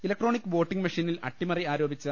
electronic voting മെഷീനിൽ അട്ടിമറി ആരോപിച്ചു